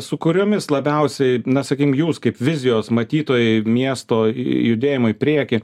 su kuriomis labiausiai na sakykim jūs kaip vizijos matytojai miesto judėjimo į priekį